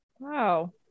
wow